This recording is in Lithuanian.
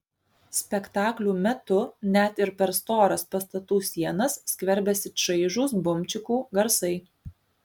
spektaklių metu net ir per storas pastatų sienas skverbiasi čaižūs bumčikų garsai